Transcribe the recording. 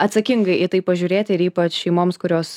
atsakingai į tai pažiūrėti ir ypač šeimoms kurios